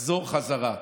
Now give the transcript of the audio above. ותחזור בחזרה.